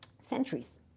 centuries